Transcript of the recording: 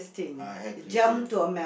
I have craziest